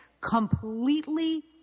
Completely